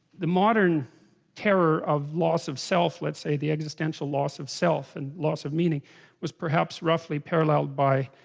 the modern terror of loss of self let's say the existential loss of self and loss of meaning was perhaps roughly paralleled by?